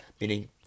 Meaning